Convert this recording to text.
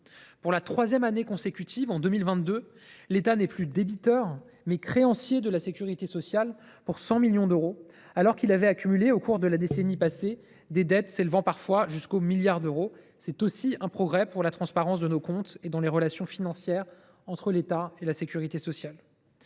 Pour la troisième année consécutive, en 2022, l’État n’est plus débiteur, mais redevient créancier de la sécurité sociale, pour 100 millions d’euros, alors qu’il avait accumulé au cours de la décennie passée des dettes s’élevant parfois jusqu’au milliard d’euros. C’est aussi un progrès pour la transparence de nos comptes comme dans les relations financières entre l’État et la sécurité sociale.